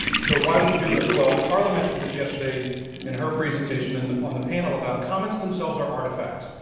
so why would you do this? well carla mentioned this yesterday in her presentation and on the panel about comments themselves are artifacts.